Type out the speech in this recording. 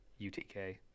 UTK